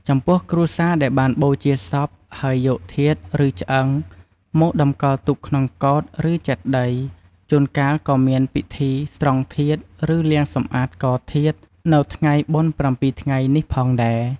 ចំពោះគ្រួសារដែលបានបូជាសព ហើយយក ធាតុឬឆ្អឹង មកតម្កល់ទុកក្នុងកោដ្ឋ ឬចេតិយ ជួនកាលក៏មានពិធី ស្រង់ធាតុ ឬ លាងសម្អាតកោដ្ឋធាតុ នៅថ្ងៃបុណ្យប្រាំពីរថ្ងៃនេះផងដែរ។